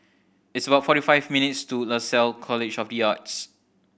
it's about forty five minutes' to Lasalle College of be Arts